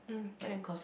mm can